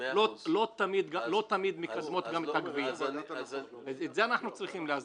לא תמיד --- את זה אנחנו צריכים להסדיר.